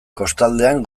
kostaldean